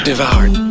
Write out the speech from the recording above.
Devoured